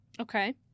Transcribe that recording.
Okay